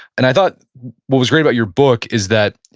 and i thought what was great about your book is that